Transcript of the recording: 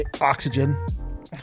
oxygen